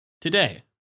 today